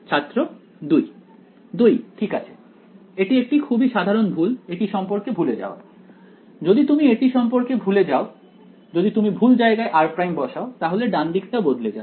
ছাত্র 2 2 ঠিক আছে এটি একটি খুবই সাধারণ ভুল এটি সম্পর্কে ভুলে যাওয়া যদি তুমি এটি সম্পর্কে ভুলে যাও যদি তুমি ভুল জায়গায় r' বসাও তাহলে ডানদিকটা বদলে যাবে